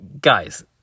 Guys